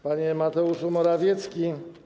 Panie Mateuszu Morawiecki!